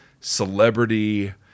celebrity